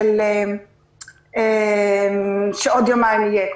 של טעות מעבדה אלא שגויות מבחינה שעוד יומיים יהיה,